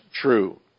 true